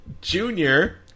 Junior